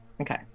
okay